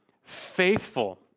faithful